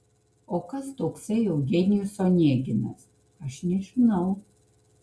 o kas toksai eugenijus oneginas aš nežinau